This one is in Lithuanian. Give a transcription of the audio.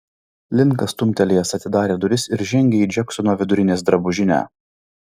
linkas stumtelėjęs atidarė duris ir žengė į džeksono vidurinės drabužinę